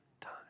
time